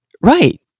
Right